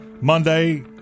Monday